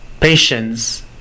patience